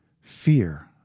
fear